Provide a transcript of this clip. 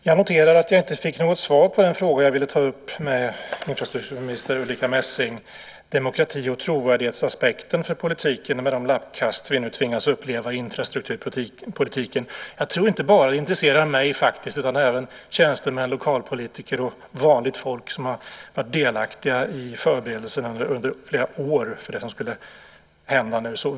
Herr talman! Jag noterar att jag inte fick något svar på den fråga jag ville ta upp med infrastrukturminister Ulrika Messing, nämligen demokrati och trovärdighetsaspekten för politiken med de lappkast vi nu tvingas uppleva i infrastrukturpolitiken. Jag tror inte att det bara intresserar mig, utan även tjänstemän, lokalpolitiker och vanligt folk som i flera år har varit delaktiga i förberedelserna för det som skulle hända nu.